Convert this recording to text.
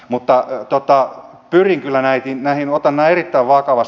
mutta otan nämä erittäin vakavasti